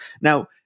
Now